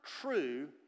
true